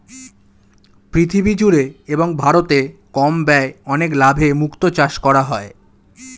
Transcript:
পৃথিবী জুড়ে এবং ভারতে কম ব্যয়ে অনেক লাভে মুক্তো চাষ করা হয়